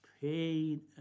pain